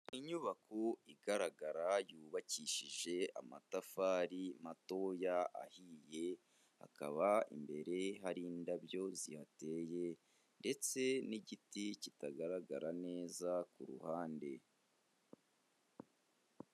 Inyubako igaragara yubakishije amatafari matoya ahiye, hakaba imbere hari indabyo zihateye ndetse n'igiti kitagaragara neza ku ruhande.